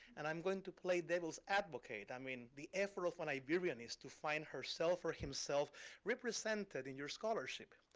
and i'm going to play devil's advocate. i mean, the effort of an iberianist to find herself or himself represented in your scholarship.